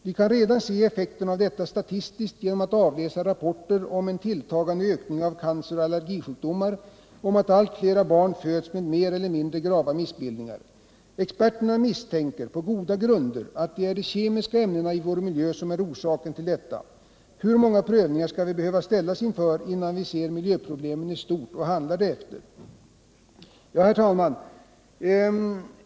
Vi kan redan se effekterna av detta statistiskt genom att avläsa rapporter om en tilltagande ökning av canceroch allergisjukdomar och att allt fler barn föds med mer eller mindre grava missbildningar. Experterna misstänker på goda grunder att det är de kemiska ämnena i vår miljö som är orsaken till detta. Hur många prövningar skall vi behöva ställas inför innan vi ser miljöproblemen i stort och handlar därefter? Herr talman!